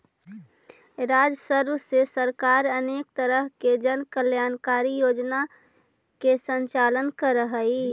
राजस्व से सरकार अनेक तरह के जन कल्याणकारी योजना के संचालन करऽ हई